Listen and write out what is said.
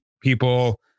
people